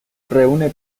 reúne